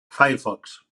firefox